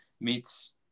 meets